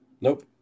Nope